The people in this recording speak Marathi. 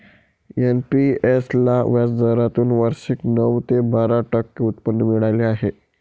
एन.पी.एस ला व्याजदरातून वार्षिक नऊ ते बारा टक्के उत्पन्न मिळाले आहे